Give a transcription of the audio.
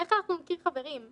איך אנחנו נכיר חברים,